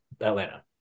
atlanta